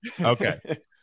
Okay